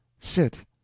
sit